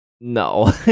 No